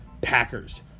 Packers